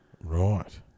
right